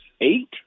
eight